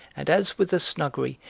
and as with the snuggery,